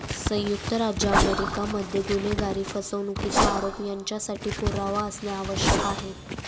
संयुक्त राज्य अमेरिका मध्ये गुन्हेगारी, फसवणुकीचा आरोप यांच्यासाठी पुरावा असणे आवश्यक आहे